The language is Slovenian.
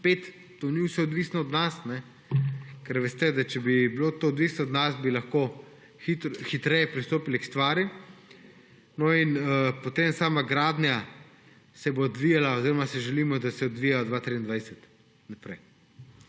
Spet, to ni vse odvisno od nas, ker veste, da če bi bilo to odvisno od nas, bi lahko hitreje pristopili k stvari. Gradnja se bo odvijala oziroma si želimo, da se odvija, od 2023 naprej